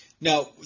Now